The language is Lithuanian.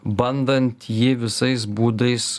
bandant jį visais būdais